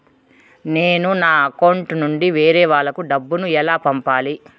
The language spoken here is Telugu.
నేను నా అకౌంట్ నుండి వేరే వాళ్ళకి డబ్బును ఎలా పంపాలి?